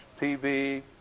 TV